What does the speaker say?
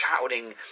shouting